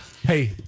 Hey